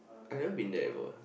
I never been there before